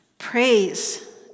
Praise